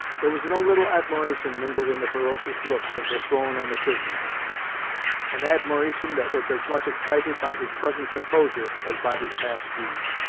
there was no little admiration mingled in the ferocious looks that were thrown on the prisoner an admiration that was as much excited by his present composure, as by his past deeds.